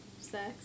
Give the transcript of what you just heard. sex